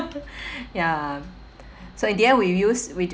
ya so in the end we use we